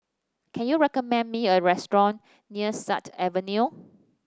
can you recommend me a restaurant near Sut Avenue